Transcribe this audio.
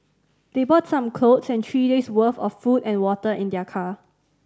they brought some clothes and three days' worth of food and water in their car